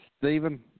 Stephen